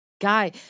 Guy